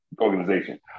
organization